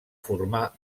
formar